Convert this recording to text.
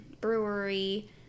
brewery